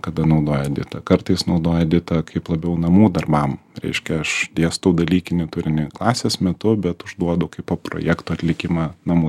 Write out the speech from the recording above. kada naudoja editą kartais naudoja editą kaip labiau namų darbam reiškia aš dėstau dalykinį turinį klasės metu bet užduodu kaip projekto atlikimą namų